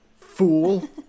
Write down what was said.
Fool